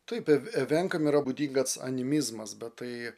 taipeve evenkams yra būdingas animizmas bet tai